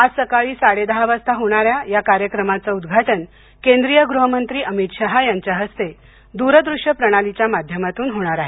आज सकाळी साडे दहा वाजता होणाऱ्या या कार्यक्रमाचं उद्घाटन केंद्रीय गृहमंत्री अमित शहा यांच्या हस्ते दूरदृश्य प्रणालीच्या माध्यमातून होणार आहे